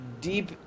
deep